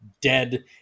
dead